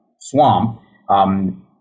swamp